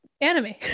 anime